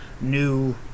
new